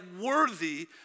worthy